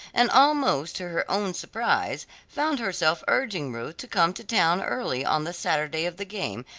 and almost to her own surprise found herself urging ruth to come to town early on the saturday of the game,